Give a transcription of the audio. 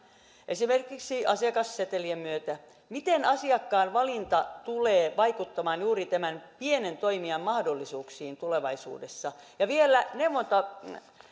esimerkiksi asiakassetelien myötä miten asiakkaan valinta tulee vaikuttamaan juuri tämän pienen toimijan mahdollisuuksiin tulevaisuudessa ja vielä